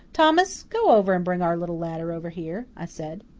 thomas, go over and bring our little ladder over here, i said.